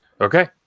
okay